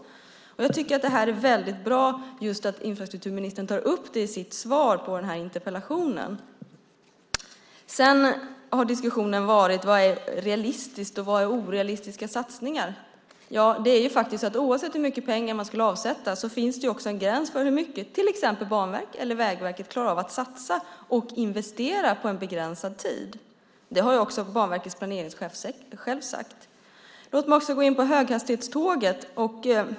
Det är bra att infrastrukturministern tar upp just detta i sitt svar på interpellationen. Sedan har det diskuterats vilka satsningar som är realistiska och vilka som är orealistiska. Oavsett hur mycket pengar vi skulle avsätta finns det en gräns för hur mycket till exempel Banverket eller Vägverket klarar av att satsa och investera på en begränsad tid, vilket Banverkets planeringschef också sagt. Låt mig även ta upp höghastighetstågen.